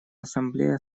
ассамблея